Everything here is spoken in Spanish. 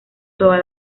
toda